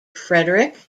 frederick